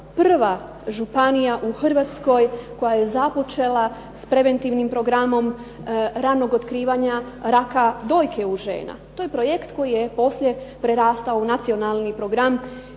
prva županija u Hrvatskoj koja je započela s preventivnim programom ranog otkrivanja raka dojke u žena. To je projekt koji je poslije prerastao u nacionalni program,